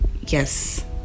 yes